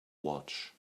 watch